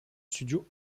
studio